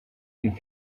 and